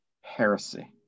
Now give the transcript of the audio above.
heresy